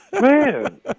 Man